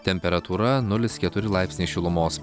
temperatūra nulis keturi laipsniai šilumos